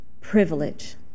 privilege